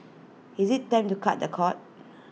is IT time to cut the cord